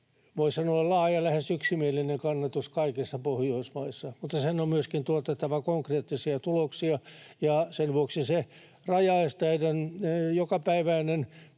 voi sanoa, laaja, lähes yksimielinen kannatus kaikissa Pohjoismaissa, mutta sen on myöskin tuotettava konkreettisia tuloksia, ja sen vuoksi se rajaesteiden jokapäiväinen